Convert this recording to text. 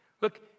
Look